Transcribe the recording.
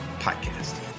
podcast